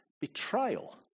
betrayal